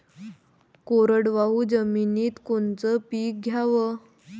कोरडवाहू जमिनीत कोनचं पीक घ्याव?